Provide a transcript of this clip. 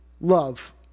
love